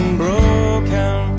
broken